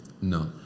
no